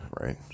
right